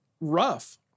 rough